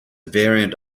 variant